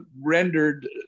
rendered